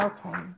Okay